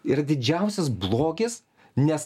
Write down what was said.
ir didžiausias blogis nes